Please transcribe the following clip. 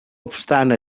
obstant